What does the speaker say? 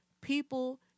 people